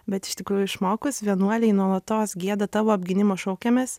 bet iš tikrųjų išmokus vienuoliai nuolatos gieda tavo apgynimo šaukiamės